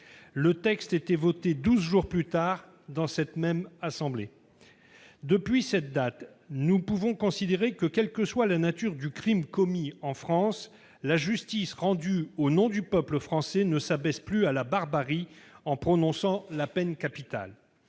le texte était voté, douze jours plus tard, dans notre assemblée. Depuis lors, nous pouvons considérer que, quelle que soit la nature du crime commis en France, la justice rendue au nom du peuple français ne s'abaisse plus à la barbarie en prononçant la peine capitale.